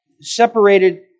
separated